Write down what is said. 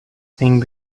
thing